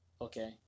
Okay